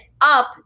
up